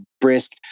Brisk